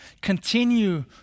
Continue